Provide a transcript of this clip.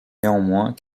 néanmoins